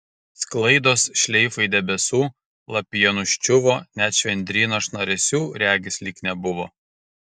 sklaidos šleifai debesų lapija nuščiuvo net švendryno šnaresių regis lyg nebuvo